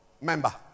member